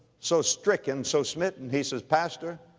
so stricken, so smitten, he says, pastor,